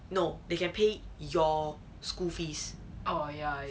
no they can pay your school fees